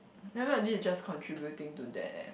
never I did just contributing to that eh